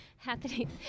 happening